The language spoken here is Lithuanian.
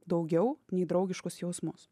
daugiau nei draugiškus jausmus